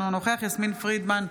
אינו נוכח יסמין פרידמן,